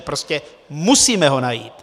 Prostě musíme ho najít!